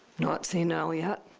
not senile yet.